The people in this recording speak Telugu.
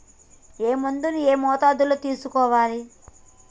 ఏ మందును ఏ మోతాదులో తీసుకోవాలి?